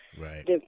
Right